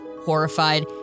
Horrified